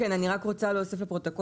כן, אני רק רוצה להוסיף לפרוטוקול.